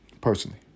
Personally